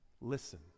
listen